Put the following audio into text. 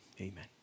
amen